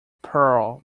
pearl